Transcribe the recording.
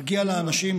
מגיע לאנשים,